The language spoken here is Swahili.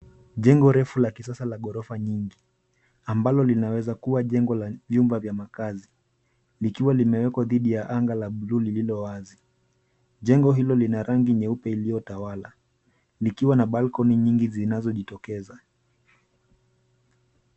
Jengo refu la kisasa la gorofa nyingi ambalo linaweza kuwa jengo la vyumba vya makazi likiwa limewekwa thidi ya anga la buluu lililowazi. Jengo hilo lina rangi nyeupe iliotawala likiwa na balkoni nyingi zinazojitokeza.